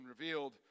revealed